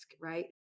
right